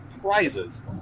prizes